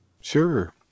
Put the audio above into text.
Sure